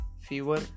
fever